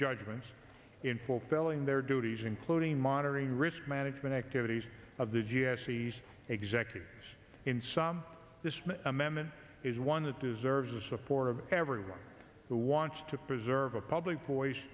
judgments in fulfilling their duties including monitoring risk management activities of the g s t executives in some this amendment is one that deserves the support of everyone who wants to preserve a public voice